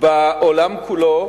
בעולם כולו